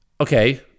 Okay